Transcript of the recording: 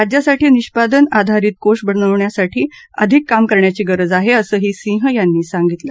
राज्यांसाठी निष्पादन आधारित कोष बनवण्यासाठी अधिक काम करण्याची गरज आहे असंही सिंह यांनी सांगितलं